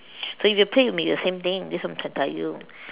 so if you play with me the same thing that's what I'm telling you